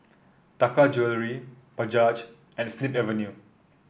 Taka Jewelry Bajaj and Snip Avenue